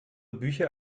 bücher